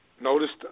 noticed